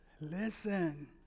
Listen